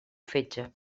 fetge